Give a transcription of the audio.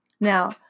Now